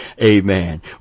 amen